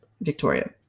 Victoria